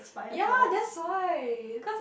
ya that's why